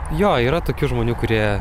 jo yra tokių žmonių kurie